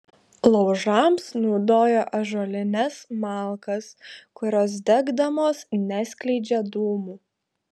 laužams naudojo ąžuolines malkas kurios degdamos neskleidžia dūmų